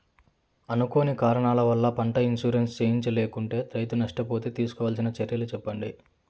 అనుకోని కారణాల వల్ల, పంట ఇన్సూరెన్సు చేయించలేకుంటే, రైతు నష్ట పోతే తీసుకోవాల్సిన చర్యలు సెప్పండి?